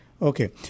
Okay